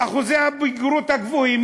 אחוזי הבגרות הגבוהים,